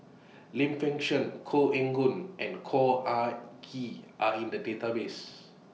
Lim Fei Shen Koh Eng Hoon and Khor Ean Ghee Are in The Database